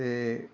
ਅਤੇ